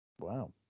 Wow